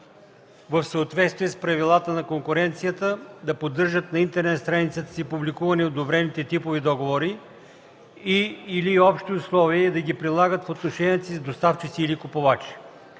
в съответствие с правилата на конкуренцията, да поддържат на интернет страницата си публикувани одобрените типови договори и/или общи условия и да ги прилагат в отношенията си с доставчици или купувачи.